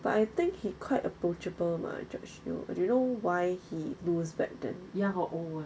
but I think he quite approachable mah george yeo you know why he lose back then